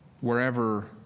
Wherever